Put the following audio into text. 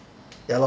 ya lor